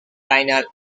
final